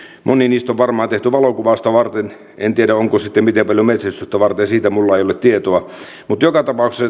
moni niistä on varmaan tehty valokuvausta varten en tiedä onko sitten miten paljon metsästystä varten siitä minulla ei ole tietoa joka tapauksessa